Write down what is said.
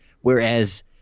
whereas